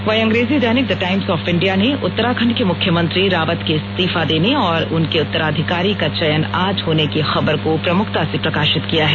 वहीं अंग्रेजी दैनिक द टाइम्स ऑफ इंडिया ने उतराखंड के मुख्यमंत्री रावत के इस्तीफा देने और उनके उतराधिकारी का चयन आज होने की खबर को प्रमुखता से प्रकाशित किया है